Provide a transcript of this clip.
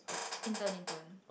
intern intern